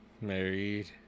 Married